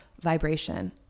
vibration